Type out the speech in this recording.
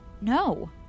No